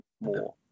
more